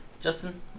Justin